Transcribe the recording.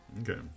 okay